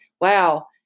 wow